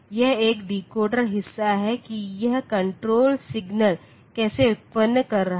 यह एक डिकोडर हिस्सा है कि यह कंट्रोल सिग्नल कैसे उत्पन्न कर रहा है